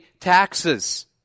taxes